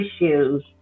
issues